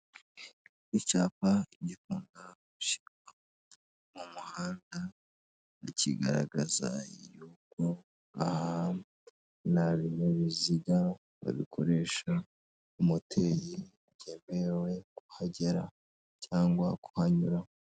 Icyapa gikunda gushyirwa mu muhanda kigaragaza yuko aha ntabinyabiziga bikoresha moteri byemerewe kuhagera cyangwa kuhanyura.